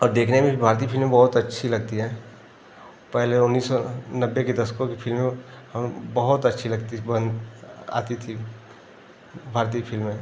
और देखने में भी भारतीय फिल्में बहुत अच्छी लगती हैं पहले उन्नीस सौ नब्बे के दशकों की फिल्में हमें बहुत अच्छी लगती थी पुरानी आती थी भारतीय फिल्में